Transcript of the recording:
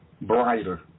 brighter